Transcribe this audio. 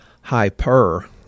hyper